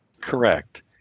Correct